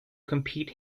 compete